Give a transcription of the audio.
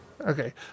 Okay